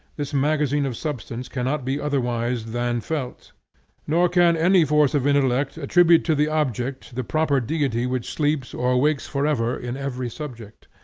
this magazine of substance cannot be otherwise than felt nor can any force of intellect attribute to the object the proper deity which sleeps or wakes forever in every subject.